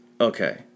okay